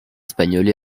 espagnol